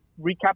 recap